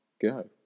go